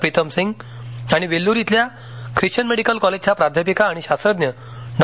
प्रीतम सिंह आणि वेल्लूर इथल्या Christian medical कॉलेजच्या प्राध्यापिका आणि शास्त्रज्ञ डॉ